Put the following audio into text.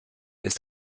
ist